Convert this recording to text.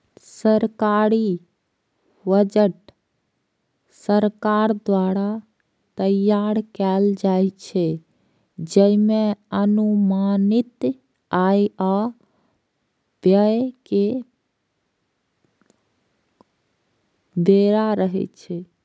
सरकारी बजट सरकार द्वारा तैयार कैल जाइ छै, जइमे अनुमानित आय आ व्यय के ब्यौरा रहै छै